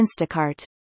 Instacart